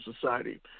society